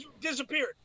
disappeared